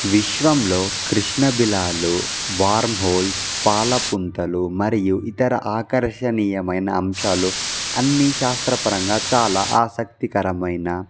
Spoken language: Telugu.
విశ్వంలో కృష్ణబిలాలు వర్మ్హోల్స్ పాల పుంతలు మరియు ఇతర ఆకర్షణీయమైన అంశాలు అన్ని శాస్త్రపరంగా చాలా ఆసక్తికరమైన